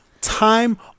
time